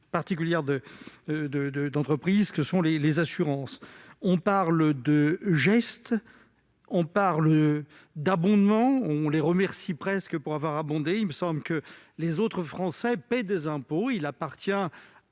particulière d'entreprises que sont les assurances. On parle de « gestes », d'« abondements », et on les remercie presque pour cela ... Il me semble que les autres Français paient des impôts. Il appartient à